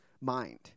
mind